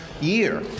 year